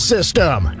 System